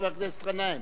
חבר הכנסת גנאים.